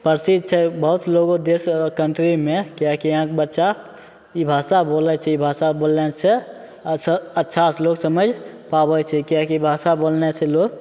प्रसिद्ध छै बहुत लोगो देश कंट्रीमे किएकि बच्चा ई भाषा बोलै छै ई भाषा बोलने से अच्छा सऽ लोग समैझ पाबै छै किएकि भाषा बोलने से लोग